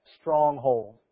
stronghold